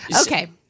Okay